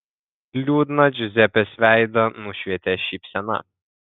liūdną džiuzepės veidą nušvietė šypsena